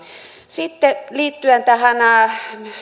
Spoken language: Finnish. sitten liittyen